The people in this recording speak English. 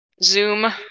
Zoom